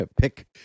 Pick